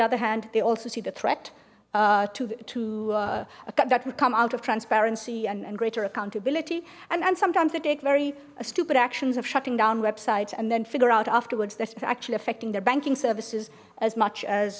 other hand they also see the threat to that would come out of transparency and greater accountability and and sometimes they take very stupid actions of shutting down websites and then figure out afterwards this is actually affecting their banking services as much as